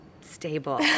stable